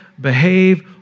behave